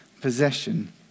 possession